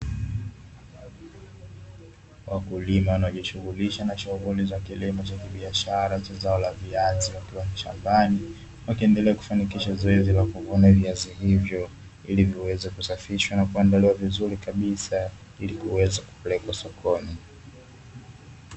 Wakulima wanaojishughulisha na shughuli za kilimo cha kibiashara cha zao la viazi wakiwa shambani, wakiendelea kufanikisha zoezi la kuvuna viazi hivyo, ili viweze kusafishwa na kuandaliwa vizuri kabisa ili kuweza kupelekwa sokoni.